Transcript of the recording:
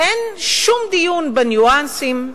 אין שום דיון בניואנסים,